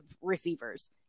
receivers